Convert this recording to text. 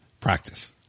practice